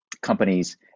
companies